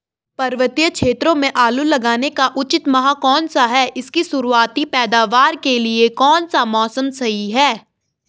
पर्वतीय क्षेत्रों में आलू लगाने का उचित माह कौन सा है इसकी शुरुआती पैदावार के लिए कौन सा मौसम सही है?